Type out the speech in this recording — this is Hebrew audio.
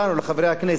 לחברי הכנסת,